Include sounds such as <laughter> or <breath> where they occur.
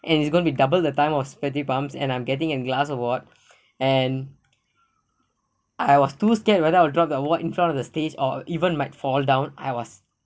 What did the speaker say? and it's gonna be doubled the time of sweaty bumps and I'm getting an glass award <breath> and I was too scared whether I will drop the award in front of the stage or even might fall down I was